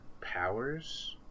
powers